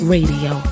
Radio